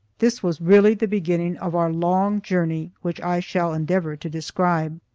this was really the beginning of our long journey, which i shall endeavor to describe.